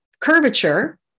curvature